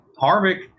Harvick